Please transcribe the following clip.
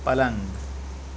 پلنگ